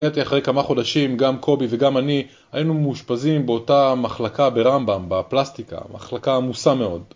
האמת היא, אחרי כמה חודשים, גם קובי וגם אני היינו מאושפזים באותה מחלקה ברמב"ם, בפלסטיקה, מחלקה עמוסה מאוד.